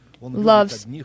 loves